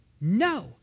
no